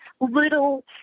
little